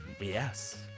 yes